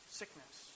sickness